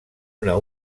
una